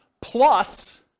plus